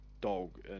dog